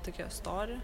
tokie stori